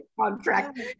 contract